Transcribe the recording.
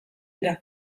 dira